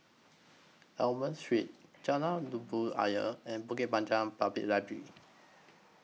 Almond Street Jalan Labu Ayer and Bukit Panjang Public Library